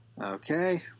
Okay